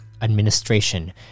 Administration